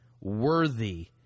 worthy